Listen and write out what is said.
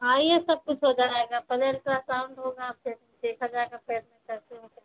आइए सब कुछ हो जाएगा पहले अल्ट्रासाउन्ड होगा फिर देखा जाएगा कैसे कैसे